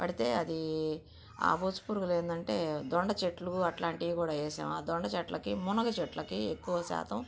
పడితే అది ఆ బొచ్చు పురుగు ఏంటంటే దొండ చెట్లు అట్లాంటివి కూడ వేశాము ఆ దొండ చెట్లకి మునగ చెట్లకి ఎక్కువ శాతం